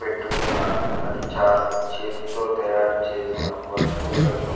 పెట్టుకున్నారు అది చాలు చేతితో తయారు చేసిన వస్తువులకి